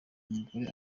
umugore